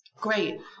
great